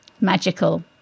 magical